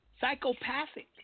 psychopathic